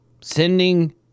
sending